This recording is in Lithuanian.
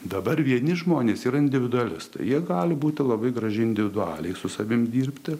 dabar vieni žmonės yra individualistai jie gali būti labai gražiai individualiai su savim dirbti